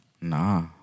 Nah